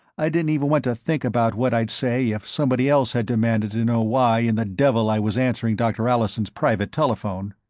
i didn't even want to think about what i'd say if somebody else had demanded to know why in the devil i was answering dr. allison's private telephone.